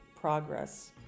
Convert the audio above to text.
progress